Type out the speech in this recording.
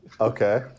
Okay